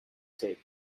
tape